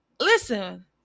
Listen